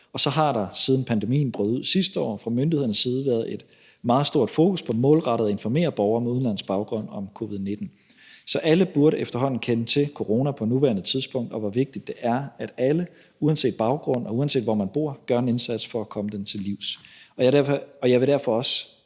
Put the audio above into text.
Og så har der, siden pandemien brød ud sidste år, fra myndighedernes side været et meget stort fokus på målrettet at informere borgere med udenlandsk baggrund om covid-19. Så alle burde efterhånden kende til corona på nuværende tidspunkt og vide, hvor vigtigt det er, at alle uanset baggrund, og uanset hvor man bor, gør en indsats for at komme det til livs. Jeg vil derfor også